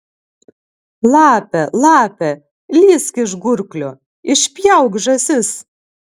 lape lape lįsk iš gurklio išpjauk žąsis